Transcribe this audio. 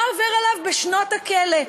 מה עובר עליו בשנות הכלא.